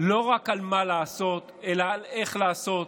לא רק על מה לעשות אלא על איך לעשות,